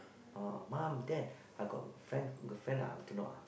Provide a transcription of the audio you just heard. uh mom dad I got friend girlfriend I have to know